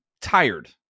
tired